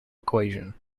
equation